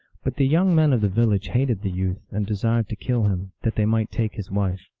but the young men of the village hated the youth, and desired to kill him, that they might take his wife.